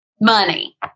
money